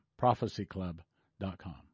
prophecyclub.com